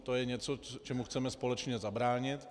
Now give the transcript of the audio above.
To je něco, čemu chceme společně zabránit.